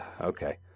Okay